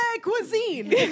Cuisine